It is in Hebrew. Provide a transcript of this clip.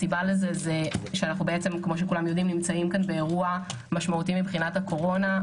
הסיבה אנחנו נמצאים פה באירוע משמעותי מבחינת הקורונה.